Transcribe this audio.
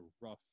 rough